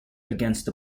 against